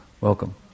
welcome